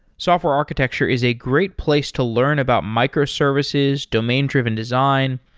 software architecture is a great place to learn about microservices, domain-driven design,